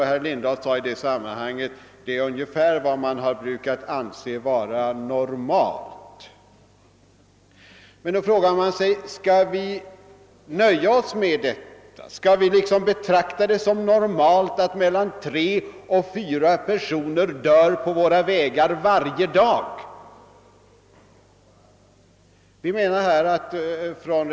Herr Lindahl sade i det sammanhanget, att detta är ungefär vad man har brukat anse som »normalt». Skall vi nu nöja oss med detta? Skall vi betrakta det som normalt att tre eller fyra personer varje dag dör på våra vägar?